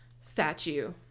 statue